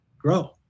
grow